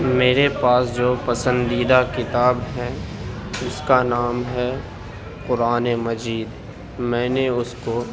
میرے پاس جو پسندیدہ کتاب ہے اس کا نام ہے قرآنِ مجید میں نے اس کو